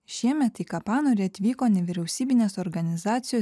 šiemet į kapanorį atvyko nevyriausybinės organizacijos